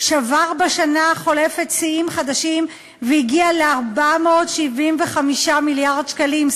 שבר בשנה החולפת שיאים חדשים והגיע ל-475 מיליארד שקלים,